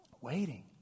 Waiting